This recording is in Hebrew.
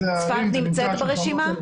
צפת נמצאת ברשימה?